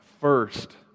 first